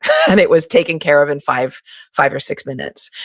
and it was taken care of in five five or six minutes.